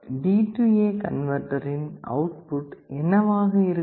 DA கன்வேர்டரின் output என்னவாக இருக்கும்